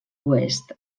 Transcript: oest